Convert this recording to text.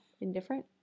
Indifferent